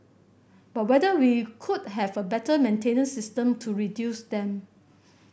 but whether we could have a better maintenance system to reduce them